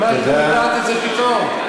מה, את לא יודעת את זה, פתאום?